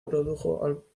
produjo